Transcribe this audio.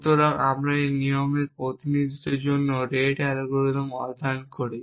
সুতরাং আমরা এই নিয়মের প্রতিনিধিত্বের জন্য রেট অ্যালগরিদম অধ্যয়ন করি